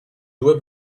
due